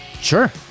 Sure